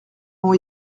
ont